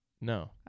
No